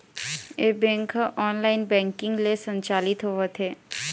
ए bank ह online banking ले संचालित होवत हे